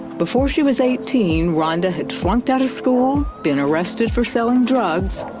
before he was eighteen, rhonda had flunked out of school, been arrested for selling drugs,